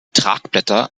tragblätter